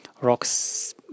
rocks